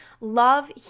love